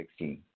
2016